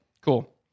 Cool